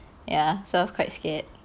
ya so I was quite scared